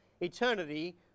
eternity